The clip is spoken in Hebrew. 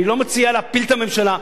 אני לא מציע להפיל את הממשלה,